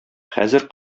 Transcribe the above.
хәзер